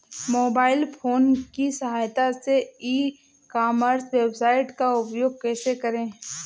Mobile phone की सहायता से ई कॉमर्स वेबसाइट का उपयोग कैसे करें?